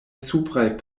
supraj